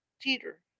teeter